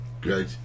Great